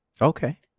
Okay